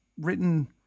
written